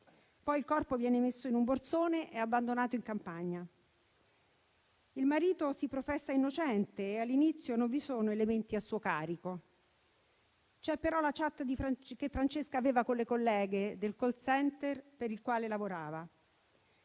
poi il corpo viene messo in un borsone e abbandonato in campagna. Il marito si professa innocente e, all'inizio, non vi sono elementi a suo carico. C'è però la *chat* che Francesca aveva con le colleghe del *call center* per il quale lavorava.